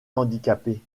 handicapée